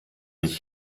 ich